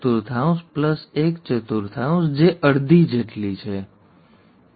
સંભાવનાઓની દ્રષ્ટિએ તમે આ પ્રકારની વિવિધ ગણતરીઓ કરી શકો છો તમે વિવિધ જુદી જુદી ચીજોની સંભાવના શોધી શકો